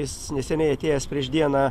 jis neseniai atėjęs prieš dieną